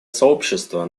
сообщество